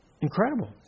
incredible